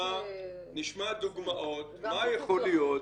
נשמע דוגמאות מה יכול להיות,